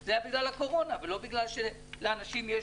זה היה בגלל הקורונה ולא בגלל שלאנשים יש